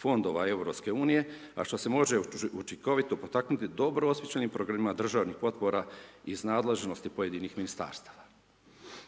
fondova EU, a što se može učinkovito potaknuti dobro …/Govornik se ne razumije./… državnih potpora iz nadležnih pojedinih ministarstava.